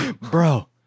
bro